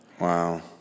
Wow